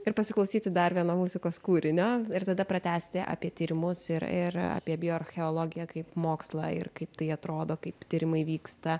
ir pasiklausyti dar vieno muzikos kūrinio ir tada pratęsti apie tyrimus ir ir apie bioarcheologiją kaip mokslą ir kaip tai atrodo kaip tyrimai vyksta